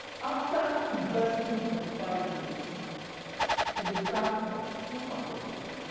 after investing forty-five years in the craft of supercomputing,